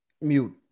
Mute